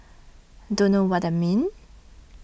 don't know what I mean